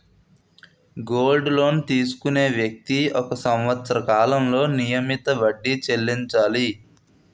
gold loan తీసుకునే వ్యక్తి ఒక సంవత్సర కాలంలో నియమిత వడ్డీ చెల్లించాలి